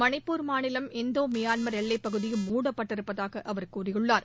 மணிப்பூர் மாநிலம் Indo Myanmar எல்லைப் பகுதியும் மூடப்பட்டிருப்பதாக அவர் கூறியுள்ளார்